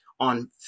on